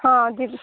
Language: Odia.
ହଁ ଯିବି